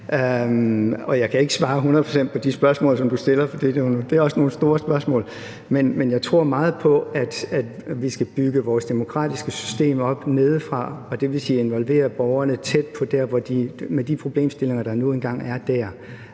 procent svare på de spørgsmål, som du stiller, for det er også nogle store spørgsmål. Men jeg tror meget på, at vi skal bygge vores demokratiske system op nedefra, og det vil sige involvere borgerne tæt på i de problemstillinger, der nu engang er dér.